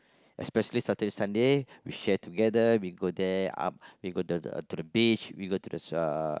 especially Saturday Sunday we share together we go there up we go the the to the beach we got to the uh